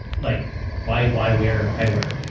like why why wear eyewear?